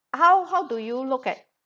how how do you look at